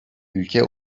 ülke